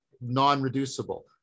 non-reducible